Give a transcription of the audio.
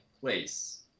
place